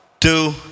two